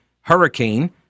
hurricane